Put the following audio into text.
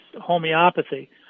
homeopathy